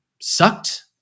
sucked